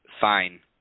fine